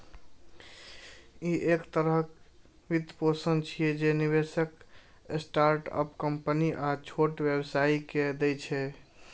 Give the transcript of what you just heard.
ई एक तरहक वित्तपोषण छियै, जे निवेशक स्टार्टअप कंपनी आ छोट व्यवसायी कें दै छै